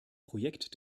projekt